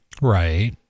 Right